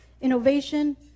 innovation